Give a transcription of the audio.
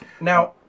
Now